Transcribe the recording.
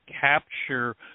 capture